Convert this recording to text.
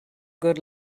good